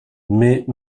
mais